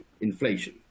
inflation